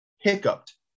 hiccuped